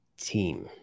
team